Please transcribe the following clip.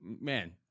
man